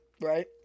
Right